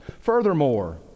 Furthermore